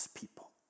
people